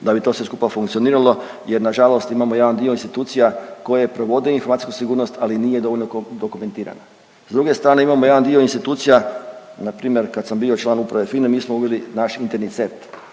da bi to sve skupa funkcioniralo jer nažalost imamo jedan dio institucija koje provode informacijsku sigurnost, ali nije dovoljno dokumentirana. S druge strane imamo jedan dio institucija npr. kad sam bio član uprave FINA-e mi smo uveli naš interni centar.